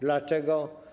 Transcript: Dlaczego?